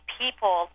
people